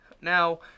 Now